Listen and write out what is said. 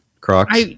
Crocs